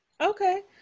Okay